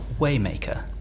Waymaker